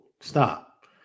stop